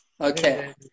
Okay